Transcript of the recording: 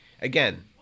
again